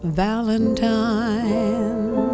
valentine